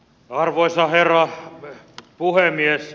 arvoisa herra puhemies